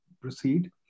proceed